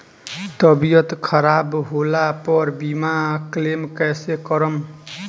तबियत खराब होला पर बीमा क्लेम कैसे करम?